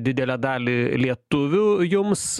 didelę dalį lietuvių jums